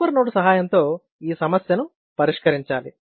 super node సహాయంతో ఈ సమస్యను పరిష్కరించాలి